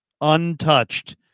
untouched